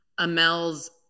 Amel's